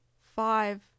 five